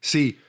See